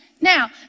Now